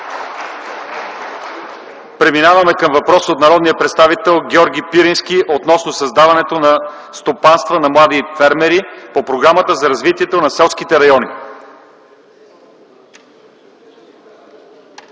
Преминаваме към въпрос от народния представител Георги Пирински относно създаването на стопанства на млади фермери по Програмата за развитие на селските райони.